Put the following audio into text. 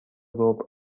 ربع